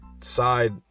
side